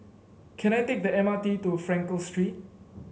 can I take the M R T to Frankel Street